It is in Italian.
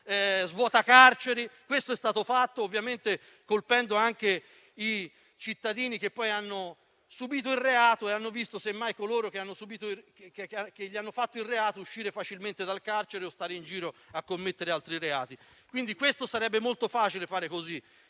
svuota carceri. Questo è stato fatto ovviamente colpendo anche i cittadini che poi hanno subito il reato e hanno visto, semmai, coloro che hanno commesso il reato uscire facilmente dal carcere o stare in giro a commettere altri reati. Sarebbe molto facile prendere